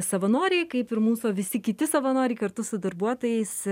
savanoriai kaip ir mūsų visi kiti savanoriai kartu su darbuotojais